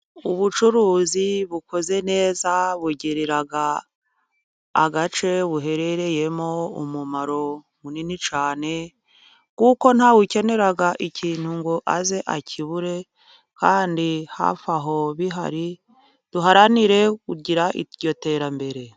Ubucuruzi bukoze neza bugirira agace buherereyemo umumaro munini cyane kuko ntawe ukenera ikintu ngo aze akibure kandi hafi aho bihari . Duharanire kugira iryo terambere.